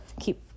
keep